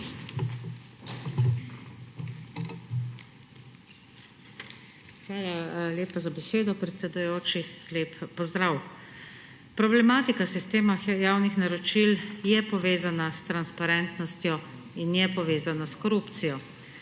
Hvala lepa za besedo, predsedujoči. Lep pozdrav! Problematika sistema javnih naročil je povezana s transparentnostjo in je povezana s korupcijo.